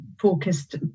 Focused